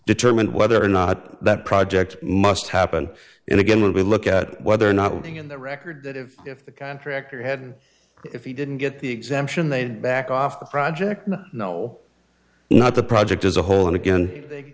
determine whether or not that project must happen in again when we look at whether or not one thing in the record that if the contractor hadn't if he didn't get the exemption they'd back off the project no not the project as a whole and again